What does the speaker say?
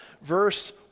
verse